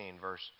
verse